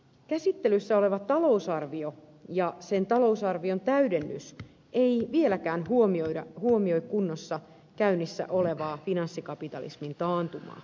käsittelyssä oleva talousarvio ja sen täydennys eivät vieläkään huomioi kunnolla käynnissä olevaa finanssikapitalismin taantumaa